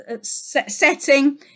setting